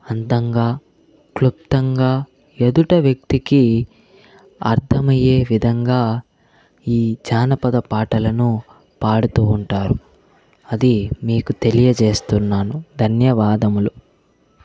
అందంగా క్లుప్తంగా ఎదుట వ్యక్తికి అర్థమయ్యే విధంగా ఈ జానపద పాటలను పాడుతూ ఉంటారు అది మీకు తెలియజేస్తున్నాను ధన్యవాదములు